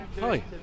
Hi